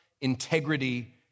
integrity